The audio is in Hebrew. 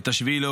את 7 באוקטובר.